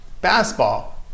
basketball